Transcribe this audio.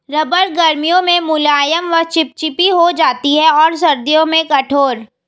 रबड़ गर्मियों में मुलायम व चिपचिपी हो जाती है और सर्दियों में कठोर